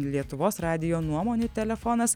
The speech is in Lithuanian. lietuvos radijo nuomonių telefonas